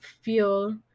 feel